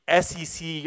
SEC